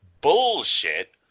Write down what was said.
bullshit